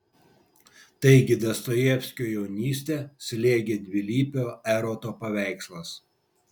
taigi dostojevskio jaunystę slėgė dvilypio eroto paveikslas